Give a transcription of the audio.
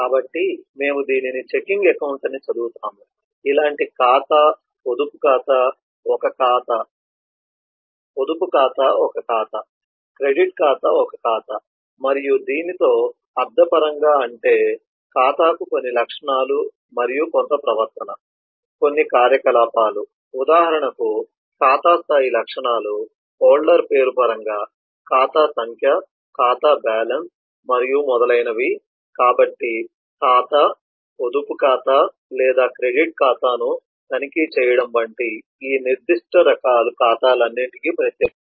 కాబట్టి మేము దీనిని చెకింగ్ అకౌంట్ అని చదువుతాము ఇలాంటి ఖాతా పొదుపు ఖాతా ఒక ఖాతా క్రెడిట్ ఖాతా ఒక ఖాతా మరియు దీనితో అర్థపరంగా అంటే ఖాతాకు కొన్ని లక్షణాలు మరియు కొంత ప్రవర్తన కొన్ని కార్యకలాపాలు ఉదాహరణకు ఖాతా స్థాయి లక్షణాలు హోల్డర్ పేరు పరంగా ఖాతా సంఖ్య ఖాతా బ్యాలెన్స్ మరియు మొదలైనవి కాబట్టి ఖాతా పొదుపు ఖాతా లేదా క్రెడిట్ ఖాతాను తనిఖీ చేయడం వంటి ఈ నిర్దిష్ట రకాల ఖాతాలన్నింటికీ ప్రత్యేకతలు